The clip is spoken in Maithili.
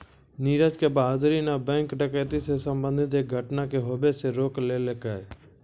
नीरज के बहादूरी न बैंक डकैती से संबंधित एक घटना के होबे से रोक लेलकै